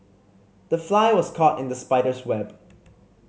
the fly was caught in the spider's web